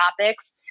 topics